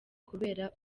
kubera